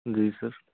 जी sir